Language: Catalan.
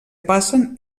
passen